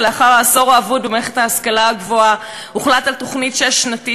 לאחר "העשור האבוד" במערכת ההשכלה הגבוהה הוחלט על תוכנית שש-שנתית